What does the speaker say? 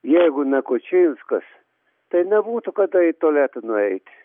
jeigu ne kučirskas tai nebūtų kada į tualetą nueiti